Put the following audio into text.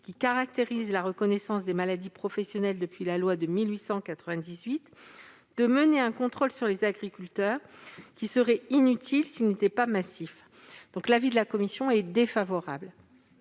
qui caractérise la reconnaissance des maladies professionnelles depuis la loi de 1898, de mener un contrôle sur les agriculteurs- or, il serait inutile, s'il n'était pas massif. L'avis de la commission est donc défavorable.